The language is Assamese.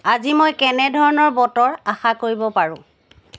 আজি মই কেনেধৰণৰ বতৰ আশা কৰিব পাৰোঁ